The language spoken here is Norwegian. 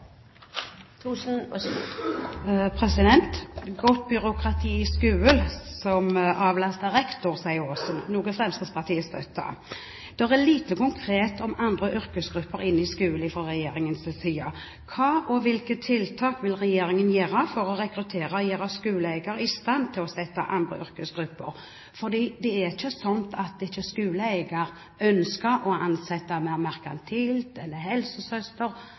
andre yrkesgrupper inn i skolen. Hvilke tiltak vil regjeringen iverksette for å rekruttere og gjøre skoleeier i stand til å sette inn andre yrkesgrupper? Det er ikke slik at skoleeier ikke ønsker å ansette mer merkantilt personale, helsesøster eller